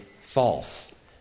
false